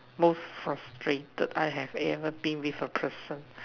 most frustrated I have ever been with a person